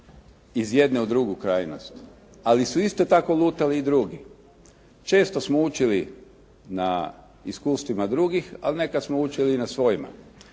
iz jedne u drugu krajnost, ali su isto tako lutali i drugi. Često smo učili na iskustvima drugih, ali nekad smo učili i na svojima.